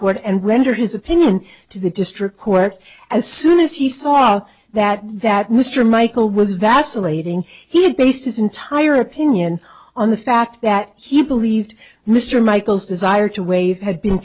court and render his opinion to the district court as soon as he saw that that mr michael was vacillating he had based his entire opinion on the fact that he believed mr michael's desire to waive had been